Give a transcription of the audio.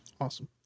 Awesome